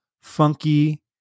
funky